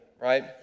right